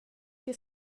det